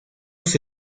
los